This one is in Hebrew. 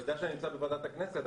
אתה יודע שאני נמצא בוועדת הכנסת,